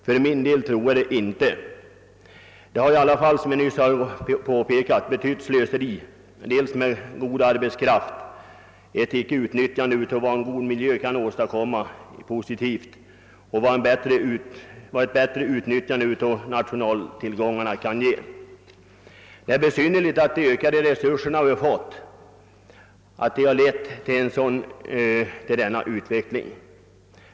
För min del tror jag det inte. Den har, som jag nyss påpekade, betytt slöseri dels med god arbetskraft, dels med de positiva värden som en god miljö kan åstadkomma och ett bättre utnyttjande av nationaltillgångarna skulle ge. Det är besynnerligt att de ökade resurser vi fått har kunnat leda till en sådan utveckling.